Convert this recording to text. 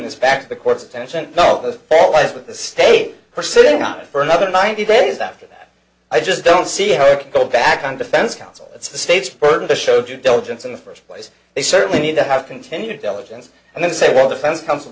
this back to the court's attention not the fault lies with the state for sitting on it for another ninety days after that i just don't see how you can go back on defense counsel that's the state's burden to show due diligence in the first place they certainly need to have continued elegance and then say well defense counsel